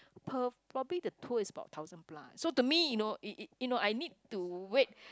Perth probably the tour is about thousand plus so to me you know you you know I need to wait